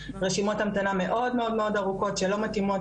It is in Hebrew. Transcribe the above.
רשימות המתנה מאוד מאוד ארוכות שלא מתאימות